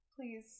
please